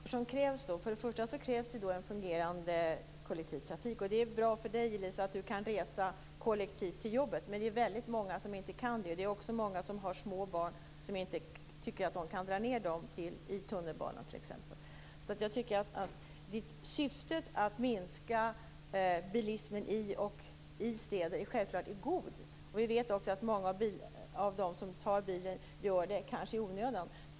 Fru talman! Då krävs för det första en väl fungerande kollektivtrafik. Det är bra för Elisa Abascal Reyes att hon kan resa kollektivt till jobbet, men det är många som inte kan det. Det är många som har små barn och som inte tycker att de kan dra ned dem i tunnelbanan. Syftet att minska bilismen i städer är självklart gott. Vi vet också att många av dem som tar bilen gör det i onödan.